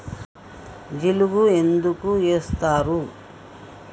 జిలుగు ఎందుకు ఏస్తరు?